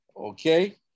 Okay